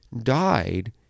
died